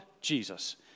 Jesus